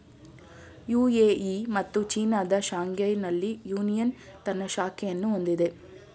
UAE ಮತ್ತು ಚೀನಾದ ಶಾಂಘೈನಲ್ಲಿ ಯೂನಿಯನ್ ತನ್ನ ಶಾಖೆಯನ್ನು ಹೊಂದಿದೆ